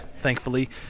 thankfully